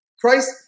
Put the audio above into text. Christ